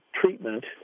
treatment